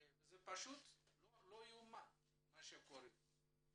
וזה פשוט לא יאומן מה שקורה.